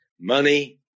money